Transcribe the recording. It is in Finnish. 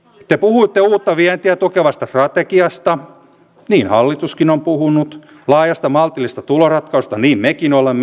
te puhuitte uutta vientiä tukevasta strategiasta niin hallituskin on puhunut laajasta maltillisesta tuloratkaisusta niin mekin olemme